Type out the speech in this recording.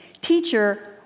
Teacher